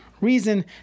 reason